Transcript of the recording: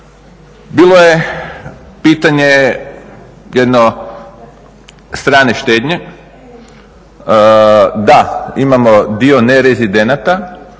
Bilo je pitanje jedno strane štednje, da imamo dio nerezidenata